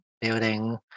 building